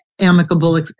amicable